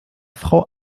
frau